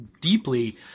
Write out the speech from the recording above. deeply